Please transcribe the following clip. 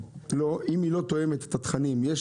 אם היא לא תואמת את התכנים של